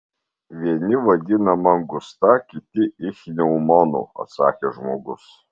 vieni vadina mangusta kiti ichneumonu atsakė žmogus